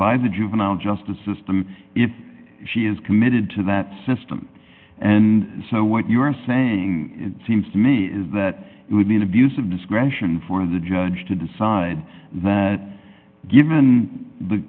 by the juvenile justice system if she is committed to that system and so what you're saying seems to me is that it would be an abuse of discretion for the judge to decide that given the